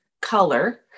Color